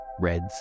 reds